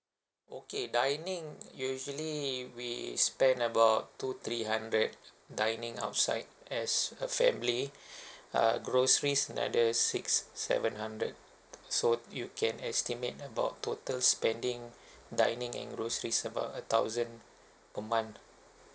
okay dining usually we spend about two three hundred dining outside as a family err groceries another six seven hundred so you can estimate about total spending dining and grocery is about a thousand per month